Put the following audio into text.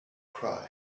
cry